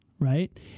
right